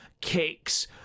kicks